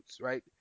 right